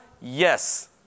Yes